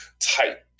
type